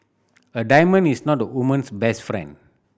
a diamond is not a woman's best friend